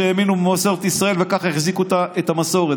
שהאמינו במסורת ישראל וכך החזיקו את המסורת.